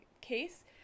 case